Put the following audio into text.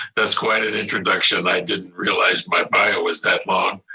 that's quite an introduction. i didn't realize my bio was that long,